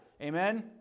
Amen